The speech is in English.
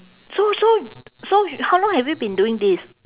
so so so how long have you been doing this